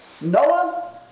Noah